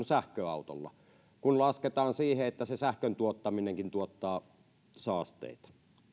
sähköautolla kun lasketaan siihen että se sähkön tuottaminenkin tuottaa saasteita